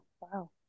wow